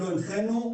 לא הנחינו,